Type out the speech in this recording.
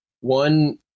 One